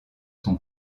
sont